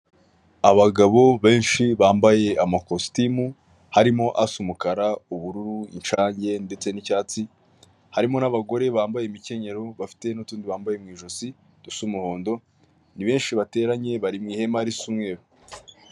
Abagabo benshi bambaye amakositimu harimo asa umukara, ubururu, inshage ndetse n'icyatsi, harimo n'abagore bambaye imikenyerero bafite n'utundi bambaye mu ijosi dusa umuhondo, ni benshi bateranye bari mu ihema ry'umweru.